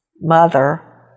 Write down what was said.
mother